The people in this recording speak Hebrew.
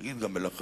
נגיד גם מלאכה.